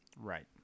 Right